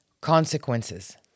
consequences